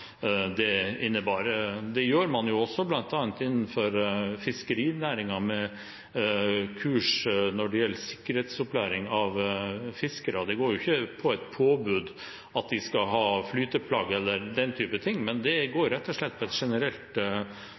det innebærer. Dette gjør man også innenfor fiskerinæringen, bl.a., med kurs og sikkerhetsopplæring av fiskere. Det går ikke på et påbud om at de skal ha flyteplagg, eller den type ting, men det går rett og slett på